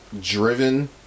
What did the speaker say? driven